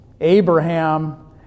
Abraham